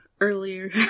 earlier